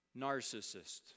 narcissist